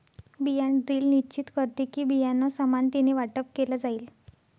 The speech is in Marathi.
बियाण ड्रिल निश्चित करते कि, बियाणं समानतेने वाटप केलं जाईल